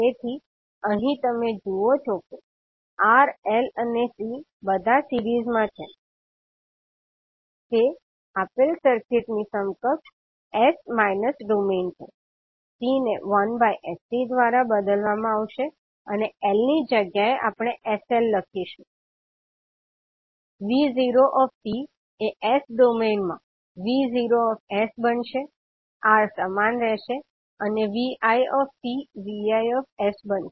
તેથી અહીં તમે જુઓ છો કે R L અને C બધા સિરીઝમાં છે તે આપેલ સર્કિટની સમકક્ષ s માઇનસ ડોમેઈન છે C ને 1sC દ્વારા બદલવામાં આવશે અને L ની જગ્યાએ આપણે sL લખીશું 𝑉0𝑡 એ s ડોમેઈન માં 𝑉0𝑠 બનશે R સમાન રહેશે અને 𝑉𝑖𝑡 𝑉𝑖𝑠 બનશે